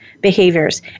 behaviors